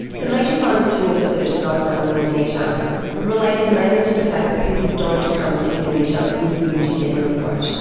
the major findings from the research that i've done in indonesia related mainly to the fact that people don't come to indonesia with a view to getting on a boat,